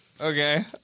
Okay